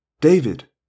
David